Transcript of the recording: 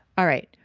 alright.